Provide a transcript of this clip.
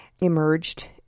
emerged